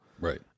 right